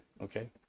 okay